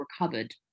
recovered